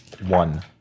one